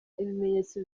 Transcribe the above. ibimenyetso